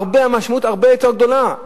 אלא המשמעות הרבה יותר גדולה.